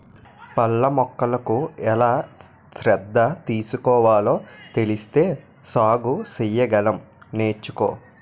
పళ్ళ మొక్కలకు ఎలా శ్రద్ధ తీసుకోవాలో తెలిస్తే సాగు సెయ్యగలం నేర్చుకో